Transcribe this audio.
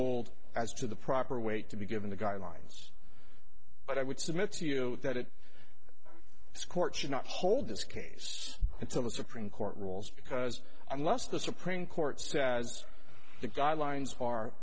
hold as to the proper weight to be given the guidelines but i would submit to you that it this court should not hold this case until the supreme court rules because unless the supreme court says the guidelines